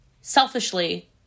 selfishly